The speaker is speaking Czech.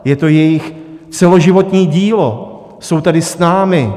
Je to jejich celoživotní dílo, jsou tady s námi.